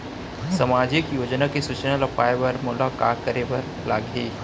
सामाजिक योजना के सूचना ल पाए बर मोला का करे बर लागही?